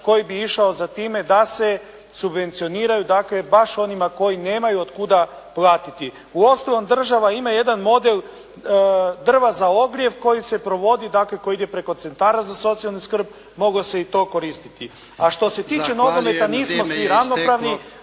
koji bi išao za time da se subvencioniraju, dakle baš onima koji nemaju od kuda platiti. Uostalom, država ima jedan model drva za ogrjev koji se provodi, dakle koji ide preko Centara za socijalnu skrb. Moglo se i to koristiti. A što se tiče nogometa, nismo svi ravnopravni.